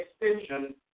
extension